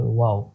wow